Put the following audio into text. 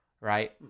right